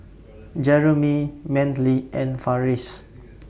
Jeremy Manly and Farris